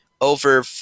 over